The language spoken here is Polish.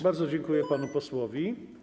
Bardzo dziękuję panu posłowi.